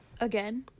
Again